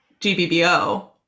GBBO